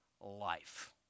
life